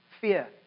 fear